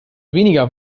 weniger